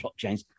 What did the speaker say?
blockchains